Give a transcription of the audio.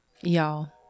y'all